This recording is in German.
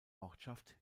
ortschaft